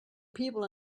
people